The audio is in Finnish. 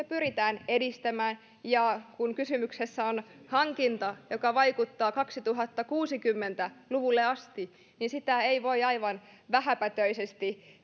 pyritään edistämään kun kysymyksessä on hankinta joka vaikuttaa kaksituhattakuusikymmentä luvulle asti niin sitä ei voi aivan vähäpätöisesti